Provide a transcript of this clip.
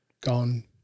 gone